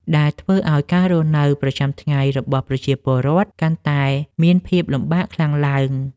ដែលធ្វើឱ្យការរស់នៅប្រចាំថ្ងៃរបស់ប្រជាពលរដ្ឋកាន់តែមានភាពលំបាកខ្លាំងឡើង។